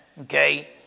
okay